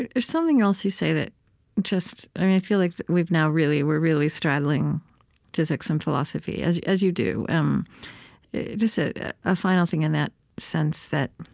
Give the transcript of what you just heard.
and there's something else you say that just i feel like we've now really we're really straddling physics and philosophy, as you as you do. um just a ah final thing, in that sense, that